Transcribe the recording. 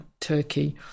Turkey